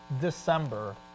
December